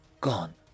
gone